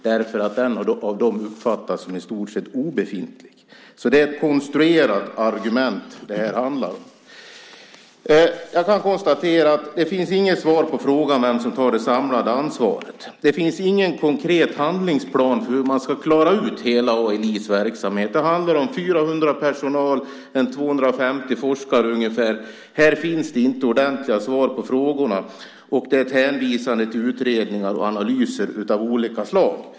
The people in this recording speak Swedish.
Den har av dem uppfattats som i stort sett obefintlig. Det är ett konstruerat argument det handlar om. Jag kan konstatera att det inte finns något svar på frågan om vem som tar det samlade ansvaret. Det finns ingen konkret handlingsplan för hur man ska klara ut hela ALI:s verksamhet. Det handlar om 400 personer i personalen och ungefär 250 forskare. Här finns det inte ordentliga svar på frågorna. Det är ett hänvisande till utredningar och analyser av olika slag.